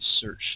search